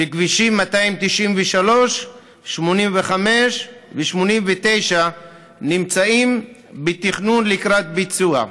וכבישים 293, 85 ו-89 נמצאים בתכנון לקראת ביצוע.